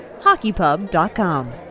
HockeyPub.com